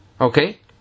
Okay